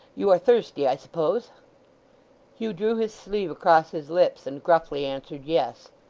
you are thirsty, i suppose hugh drew his sleeve across his lips, and gruffly answered yes.